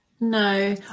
no